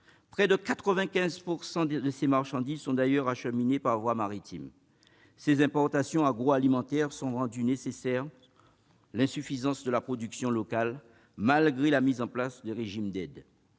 Près de 95 % de ces marchandises sont d'ailleurs acheminées par voie maritime. Ces importations agroalimentaires sont rendues nécessaires par l'insuffisance de la production locale, malgré la mise en place de régimes d'aide.